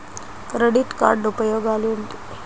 Credit card ఉపయోగాలు ఏమిటి?